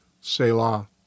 Selah